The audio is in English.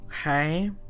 Okay